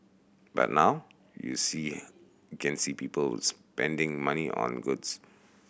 but now you see can see people spending money on goods